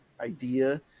idea